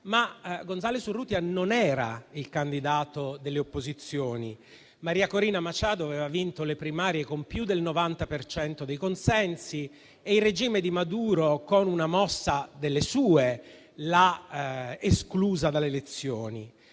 ma González Urrutia non era il candidato delle opposizioni. Maria Corina Machado aveva vinto le primarie con più del 90 per cento dei consensi e il regime di Maduro, con una mossa delle sue, l'ha esclusa dalle elezioni.